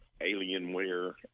Alienware